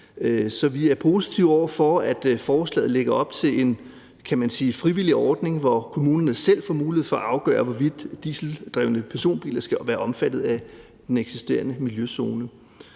så vi er positive over for, at forslaget lægger op til en, kan man sige, frivillig ordning, hvor kommunerne selv får mulighed for at afgøre, hvorvidt dieseldrevne personbiler skal være omfattet af den eksisterende miljøzone.